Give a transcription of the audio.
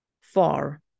Four